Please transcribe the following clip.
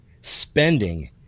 spending